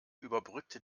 überbrückte